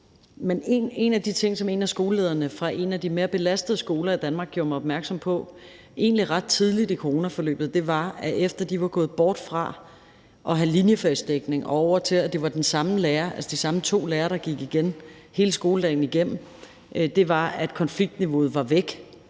noget, som en af skolelederne fra en af de mere belastede skoler i Danmark gjorde mig opmærksom på egentlig ret tidligt i coronaforløbet. Det var, at efter de var gået bort fra at have linjefagsdækning og over til, at det var de samme to lærere, der gik igen hele skoledagen igennem, var konfliktniveauet væk.